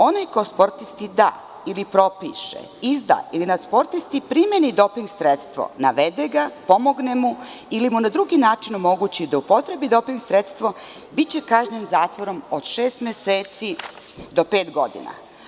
Onaj ko sportisti da ili propiše, izda ili na sportisti primeni doping sredstva, navede ga, pomogne mu ili mu na drugi način omogući da upotrebi doping sredstvo biće kažnjen zatvorom od šest meseci do pet godina.